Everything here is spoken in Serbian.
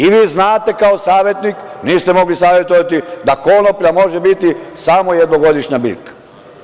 Vi znate kao savetnik, niste mogli savetovati da konoplja može biti samo jednogodišnja biljka.